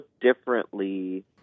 differently